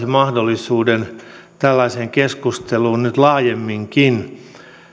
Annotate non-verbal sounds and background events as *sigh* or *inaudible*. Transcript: *unintelligible* mahdollisuuden tällaiseen keskusteluun nyt laajemminkin